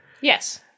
Yes